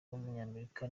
w’umunyamerika